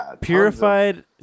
Purified